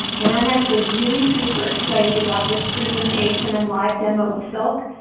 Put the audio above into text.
and i am actually really super excited about this presentation and live demo of silk.